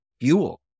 fuel